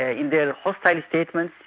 ah in their hostile statements,